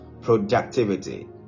productivity